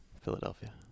Philadelphia